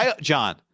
John